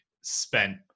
spent